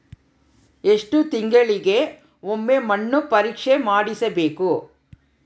ಎಷ್ಟು ತಿಂಗಳಿಗೆ ಒಮ್ಮೆ ಮಣ್ಣು ಪರೇಕ್ಷೆ ಮಾಡಿಸಬೇಕು?